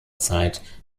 zeit